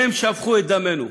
הם שפכו את דמנו.